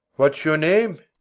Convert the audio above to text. what's your name?